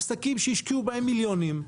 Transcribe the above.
עסקים שהשקיעו בהם מיליונים.